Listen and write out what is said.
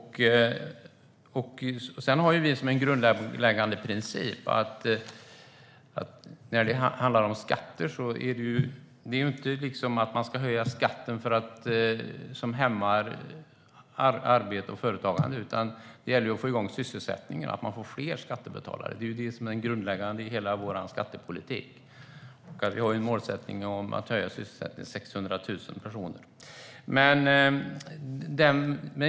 Vår grundläggande skattepolitiska princip är att inte höja skatter som hämmar arbete och företagande. I stället gäller det att få igång sysselsättningen så att vi får fler skattebetalare. Vår målsättning är att höja sysselsättningen med 600 000 personer.